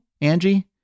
Angie